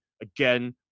Again